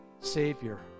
Savior